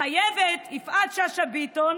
חייבת יפעת שאשא ביטון